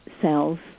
cells